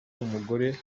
w’umugore